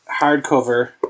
hardcover